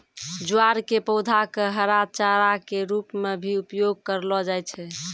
ज्वार के पौधा कॅ हरा चारा के रूप मॅ भी उपयोग करलो जाय छै